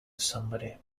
somebody